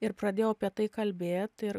ir pradėjau apie tai kalbėt ir